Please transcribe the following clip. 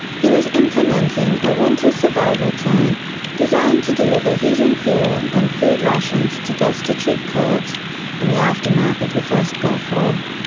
he was implementing a winter survival plan designed to deliver heating fuel and food rations to destitute kurds in the aftermath of the first gulf war.